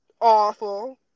awful